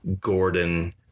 gordon